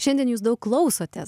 šiandien jūs daug klausotės